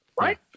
Right